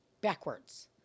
Backwards